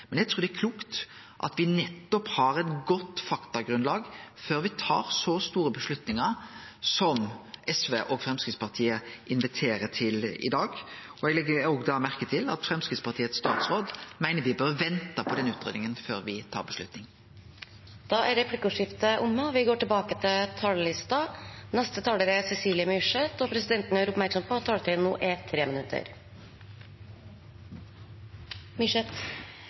Eg trur det er klokt at me har eit godt faktagrunnlag før me tar så store avgjerder som SV og Framstegspartiet inviterer til i dag. Eg legg òg merke til at Framstegspartiets tidlegare statsråd meiner me bør vente på den utgreiinga før me tar ei avgjerd. Replikkordskiftet er omme. De talerne som heretter får ordet, har en taletid på inntil 3 minutter. Nord-Norge er en landsdel full av muligheter. Vi ser det på